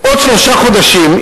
בעוד שלושה חודשים,